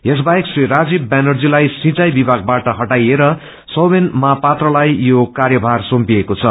यस बाहेक श्री राजीव व्यानर्जीलाई सिंचाई विभागबाट हटाएर सौथेन महापात्रलाई यो र्कयभार साम्पिएको छ